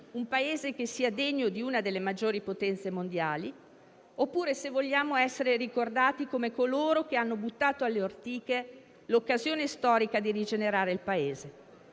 un Paese che sia degno di una delle maggiori potenze mondiali, oppure se vogliamo essere ricordati come coloro che hanno buttato alle ortiche l'occasione storica di rigenerare il Paese.